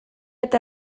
eta